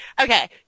Okay